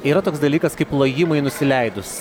yra toks dalykas kaip plojimai nusileidus